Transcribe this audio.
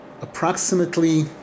Approximately